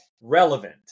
relevant